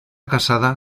casada